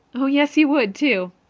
oh, yes, he would, too!